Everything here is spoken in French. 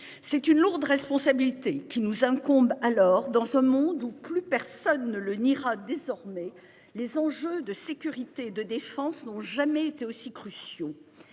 C'est une lourde responsabilité qui nous incombe, alors dans ce monde où plus personne ne le niera désormais les enjeux de sécurité et de défense n'ont jamais été aussi cruciaux